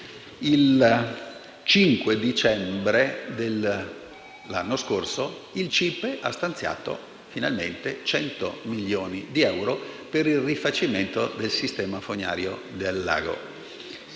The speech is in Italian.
Il 5 dicembre dell'anno scorso il CIPE ha stanziato finalmente 100 milioni di euro per il rifacimento del sistema fognario del lago,